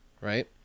right